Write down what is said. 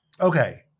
Okay